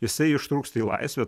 jisai ištrūksta į laisvę